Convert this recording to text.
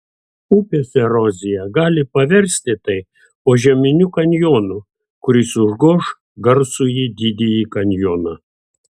upės erozija gali paversti tai požeminiu kanjonu kuris užgoš garsųjį didįjį kanjoną